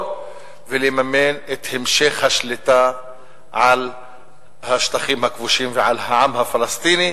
ולממן את המשך השליטה על השטחים הכבושים ועל העם הפלסטיני,